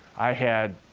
i had